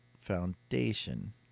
Foundation